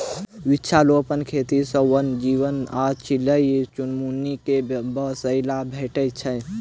वृक्षारोपण खेती सॅ वन्य जीव आ चिड़ै चुनमुनी के बसेरा भेटैत छै